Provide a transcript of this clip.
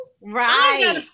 Right